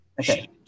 Okay